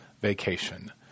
Vacation